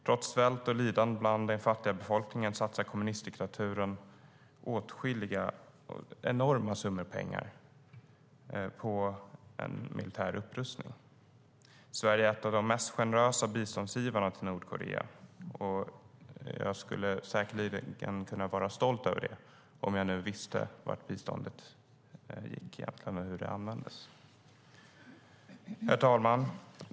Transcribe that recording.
Trots svält och lidande bland den fattiga befolkningen satsar kommunistdiktaturen enorma summor pengar på en militär upprustning. Sverige är en av de mest generösa biståndsgivarna till Nordkorea, och jag skulle säkerligen kunna vara stolt över det om jag nu visste vart biståndet gick och hur det användes. Herr talman!